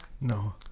No